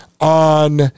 On